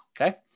okay